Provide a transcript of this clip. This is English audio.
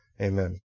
Amen